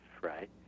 right